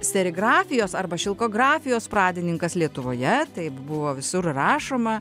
serigrafijos arba šilkografijos pradininkas lietuvoje taip buvo visur rašoma